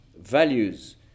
values